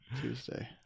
Tuesday